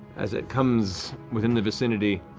as it comes within the vicinity,